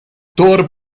thor